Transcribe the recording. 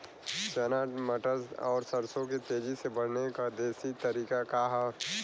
चना मटर और सरसों के तेजी से बढ़ने क देशी तरीका का ह?